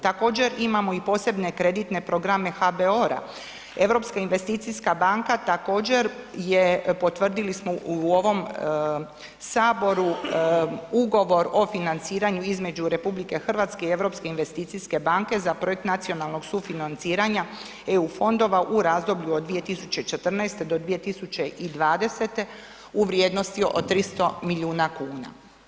Također imamo i posebne kreditne programe HBOR-a, Europska investicijska banka također je, potvrdili smo u ovom HS Ugovor o financiranju između RH i Europske investicijske banke za Projekt nacionalnog sufinanciranja EU fondova u razdoblju od 2014.-2020. u vrijednosti od 300 milijuna kuna.